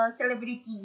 celebrity